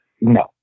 No